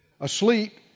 Asleep